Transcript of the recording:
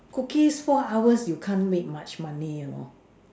cookies four hours you can't make much money you know